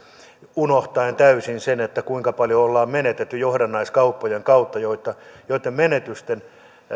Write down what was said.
unohtaen täysin sen kuinka paljon ollaan menetetty johdannaiskauppojen kautta joitten menetysten